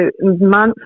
months